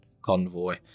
convoy